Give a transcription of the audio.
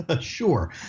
Sure